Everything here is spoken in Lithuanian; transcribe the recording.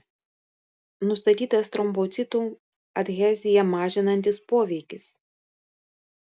nustatytas trombocitų adheziją mažinantis poveikis